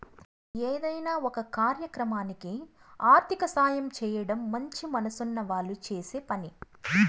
ఏదైనా ఒక కార్యక్రమానికి ఆర్థిక సాయం చేయడం మంచి మనసున్న వాళ్ళు చేసే పని